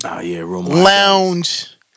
Lounge